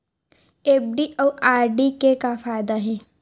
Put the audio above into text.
FD अउ RD के का फायदा हे?